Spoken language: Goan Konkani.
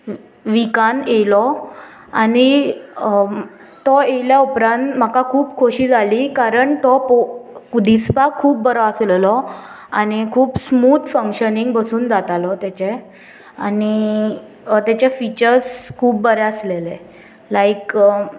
व्हिकान येयलो आनी तो येयल्या उपरान म्हाका खूब खोशी जाली कारण तो पळोवंक दिसपाक खूब बरो आसलोलो आनी खूब स्मुद फंक्शनींग पसून जातालो तेचे आनी तेचे फिचर्ज खूब बरें आसलेले लायक